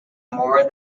more